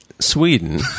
Sweden